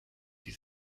sie